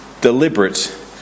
deliberate